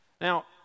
Now